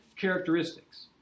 characteristics